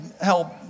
help